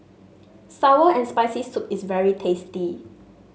sour and Spicy Soup is very tasty